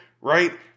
right